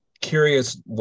curious